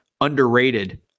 underrated